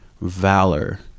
valor